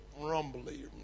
rumbly